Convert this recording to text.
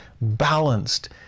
balanced